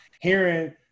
hearing